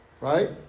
right